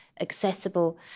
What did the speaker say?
accessible